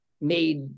made